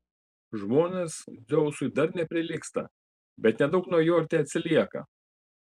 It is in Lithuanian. žmonės dzeusui dar neprilygsta bet nedaug nuo jo ir teatsilieka